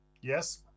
Yes